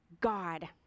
God